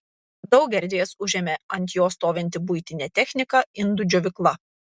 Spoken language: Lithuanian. daug erdvės užėmė ant jo stovinti buitinė technika indų džiovykla